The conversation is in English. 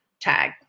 tag